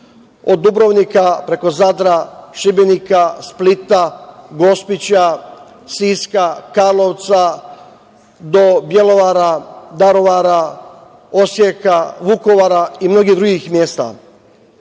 od Dubrovnika, preko Zadra, Šibenika, Splita, Gospića, Siska, Karlovca do Bjelovara, Darovara, Osijeka, Vukovara i mnogih drugih